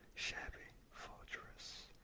shabby fortress.